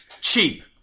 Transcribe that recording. Cheap